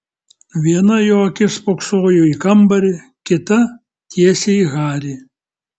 viena jo akis spoksojo į kambarį kita tiesiai į harį